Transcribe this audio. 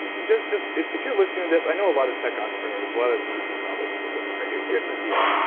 just just if you're listening to this, i know a lot of tech entrepreneurs, a lot of vc's and all this, listen to bulletproof radio. here's the deal.